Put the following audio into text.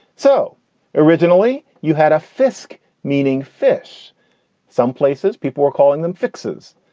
so originally you had a fisk meaning fish some places people were calling them fix's.